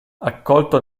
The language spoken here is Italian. accolto